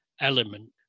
element